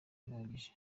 bihagije